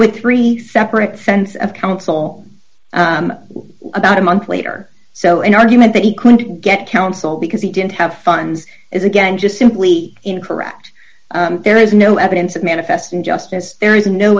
with three separate fence of council about a month later so an argument that he couldn't get council because he didn't have funds is again just simply incorrect there is no evidence of manifest injustice there is no